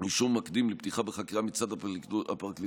אישור מקדים לפתיחה בחקירה מצד הפרקליטות